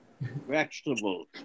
Vegetables